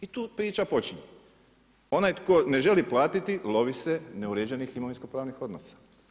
I tu priča počinje, onaj tko ne želi platiti lovi se neuređenih imovinsko-pravnih odnosa.